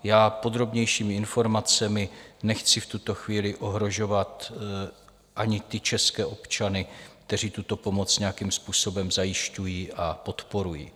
Já podrobnějšími informacemi nechci v tuto chvíli ohrožovat ani ty české občany, kteří tuto pomoc nějakým způsobem zajišťují a podporují.